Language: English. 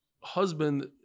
husband